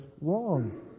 wrong